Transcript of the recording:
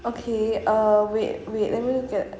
okay err wait wait let me look at